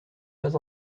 pas